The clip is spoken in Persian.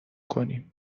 کنیم